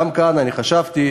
גם כאן אני חשבתי,